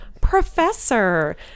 professor